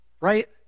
Right